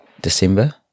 December